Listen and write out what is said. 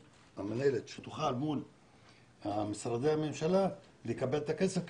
שהמינהלת תוכל מול משרדי הממשלה לקבל את הכסף כי